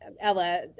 Ella